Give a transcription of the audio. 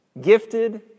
Gifted